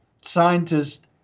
scientists